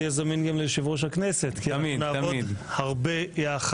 שתהיה זמין גם ליושב-ראש הכנסת כי נעבוד יחד.